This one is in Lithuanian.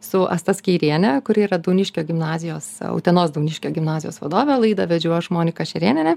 su asta skeiriene kuri yra dauniškio gimnazijos utenos dauniškio gimnazijos vadovė laidą vedžiau aš monika šerėnienė